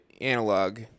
Analog